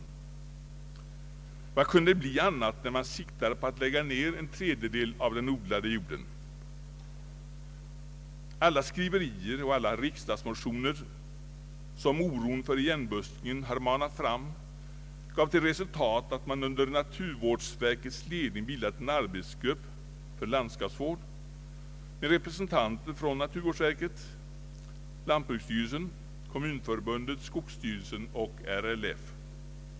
Vad annat kunde det bli när man siktade på att lägga ned en tredjedel av den odlade jorden? Alla skriverier och alla riksdagsmotioner som oron för igenbuskningen har manat fram gav till resultat att man under naturvårdsverkets ledning bildade en arbetsgrupp för landskapsvård med representanter för naturvårdsverket, lantbruksstyrelsen, Kommunförbundet, skogsstyrelsen och RLF.